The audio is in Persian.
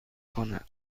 کند